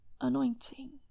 anointing